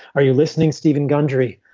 are you listening, stephen gundry?